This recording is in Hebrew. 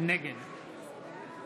נגד